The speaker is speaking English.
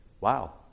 wow